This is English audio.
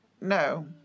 No